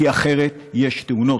כי אחרת יש תאונות.